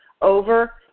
over